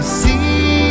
see